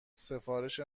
سفارش